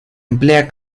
emplea